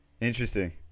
interesting